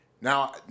now